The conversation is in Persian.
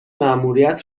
مأموریت